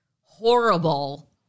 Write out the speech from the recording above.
horrible